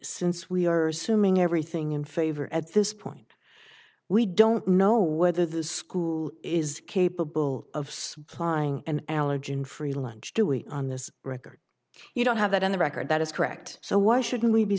since we are suing everything in favor at this point we don't know whether the school is capable of supplying an allergen free lunch do we on this record you don't have it on the record that is correct so why shouldn't we be